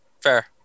Fair